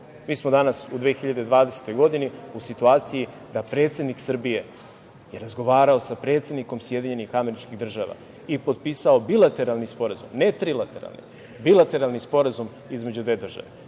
Mi smo danas u 2020. godini u situaciji da predsednik Srbije je razgovarao sa predsednikom SAD i potpisao bilateralni sporazum, ne trilateralni, bilateralni sporazum između dve